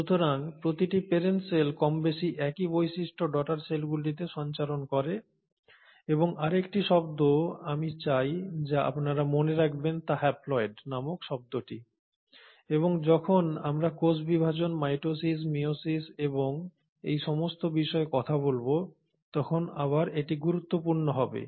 সুতরাং প্রতিটি parent cell কমবেশি একই বৈশিষ্ট্য ডটার সেলগুলিতে সঞ্চালন করে এবং আরেকটি শব্দ আমি চাই যা আপনারা মনে রাখবেন তা হ্যাপ্লয়েড নামক শব্দটি এবং যখন আমরা কোষ বিভাজন মাইটোসিস মায়োসিস এবং এই সমস্ত বিষয়ে কথা বলব তখন আবার এটি গুরুত্বপূর্ণ হবে